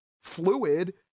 fluid